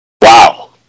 Wow